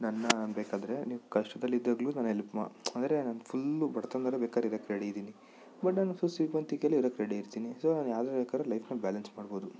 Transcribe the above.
ನನ್ನ ಬೇಕಾದರೆ ನೀವು ಕಷ್ಟ್ದಲ್ಲಿದ್ದಾಗಲೂ ನಾನು ಎಲ್ಪ್ ಮ ಅಂದರೆ ನಾನು ಫುಲ್ಲು ಬಡತನದಲ್ಲೆ ಬೇಕಾದರೆ ಇರೋಕೆ ರೆಡಿ ಇದ್ದೀನಿ ಬಟ್ ನಾನು ಶ್ರೀಮಂತಿಕೆಯಲ್ಲೆ ಇರೋಕೆ ರೆಡಿ ಇರ್ತೀನಿ ಸೊ ನಾನು ಯಾವ್ಡ್ರಲ್ಲಿ ಬೇಕಾದರೂ ಲೈಫ್ನ ಬ್ಯಾಲನ್ಸ್ ಮಾಡ್ಬೋದು